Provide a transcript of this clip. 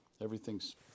Everything's